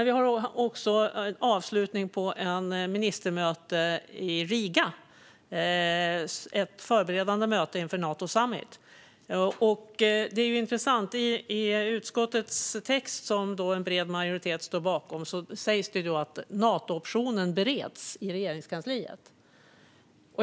Vi har också en avslutning på ett ministermöte i Riga, ett förberedande möte inför Nato Summit. Det är intressant. I utskottets text, som en bred majoritet står bakom, sägs det att Nato-optionen bereds i Regeringskansliet.